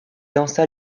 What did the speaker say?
lança